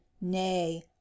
nay